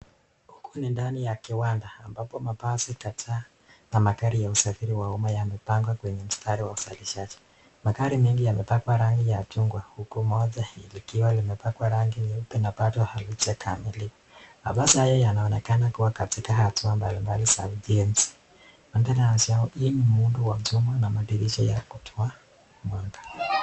Hapa ni ndani ya kiwanda ambapo mabasi kadhaa na magari ya usafiri wa umma yamipangwa kwenye mtutari wa usalishaji. Magari mengi yapakwa rangi ya machungwa huku moja likiwa limepakwa rangi nyeupe na bado halijakamilika.